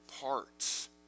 parts